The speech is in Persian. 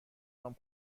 نام